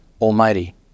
Almighty